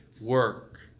work